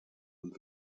und